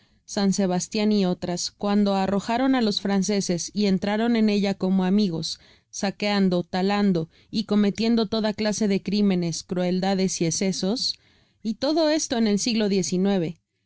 san sebastian y otras cuando arrojaron a los franceses y entraron en ella como amigos saqueando talando y cometiendo toda clase de crímenes crueldades y esoesos y todo esto en el siglo